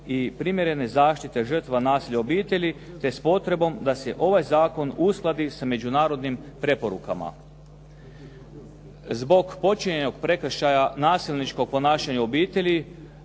i primjerene zaštite žrtava nasilja u obitelji, te s potrebom da se ovaj zakon uskladi sa međunarodnim preporukama. Zbog počinjenog prekršaja nasilničkog ponašanja u obitelji